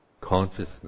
consciousness